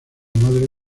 madre